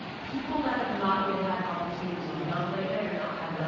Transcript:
people that have not yet had an opportunity to be on late night or not had that